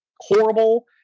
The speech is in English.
Horrible